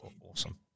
awesome